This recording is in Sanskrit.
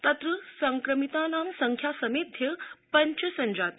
तत्र संक्रमितानां संख्या समेध्य पञ्च संजाता